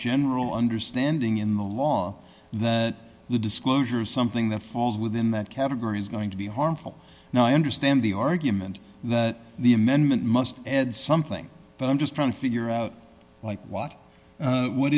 general understanding in the law the disclosure of something that falls within that category is going to be harmful now i understand the argument that the amendment must add something but i'm just trying to figure out like what